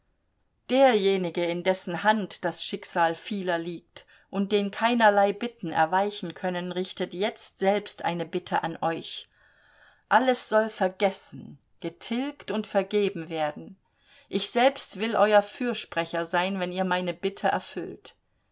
derjenige in dessen hand das schicksal vieler liegt und den keinerlei bitten erweichen können richtet jetzt selbst eine bitte an euch alles soll vergessen getilgt und vergeben werden ich selbst will euer fürsprecher sein wenn ihr meine bitte erfüllt